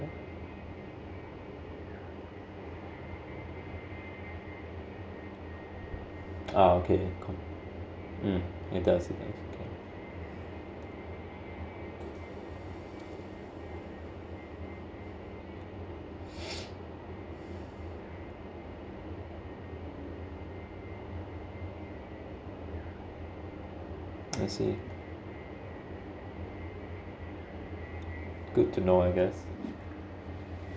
uh okay mm it does okay I see good to know I guess